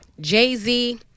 Jay-Z